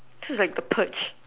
like the purge